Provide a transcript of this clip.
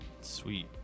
Sweet